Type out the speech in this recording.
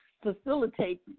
facilitate